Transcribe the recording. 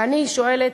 ואני שואלת: